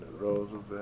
Roosevelt